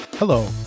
Hello